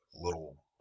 little